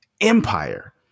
empire